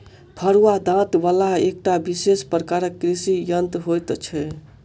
फरूआ दाँत बला एकटा विशेष प्रकारक कृषि यंत्र होइत छै